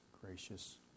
gracious